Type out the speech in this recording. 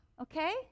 okay